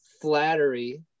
flattery